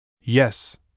Yes